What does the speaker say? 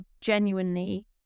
genuinely